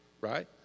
right